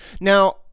Now